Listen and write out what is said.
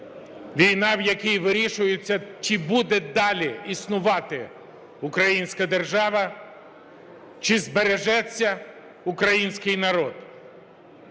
Війна, в якій вирішується чи буде далі існувати українська держава, чи збережеться український народ.